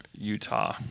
Utah